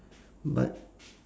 but